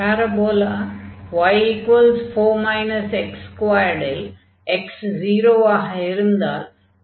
parabola y 4 x2 ல் x 0 ஆக இருந்தால் y 4 ஆக இருக்கும்